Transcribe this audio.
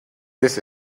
this